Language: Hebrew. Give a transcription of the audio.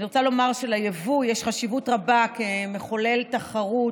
אני רוצה לומר שליבוא יש חשיבות רבה כמחולל תחרות